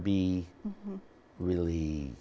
be really